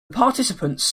participants